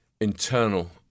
internal